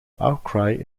outcry